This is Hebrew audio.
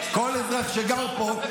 כל אזרח שגר פה,